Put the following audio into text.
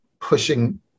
pushing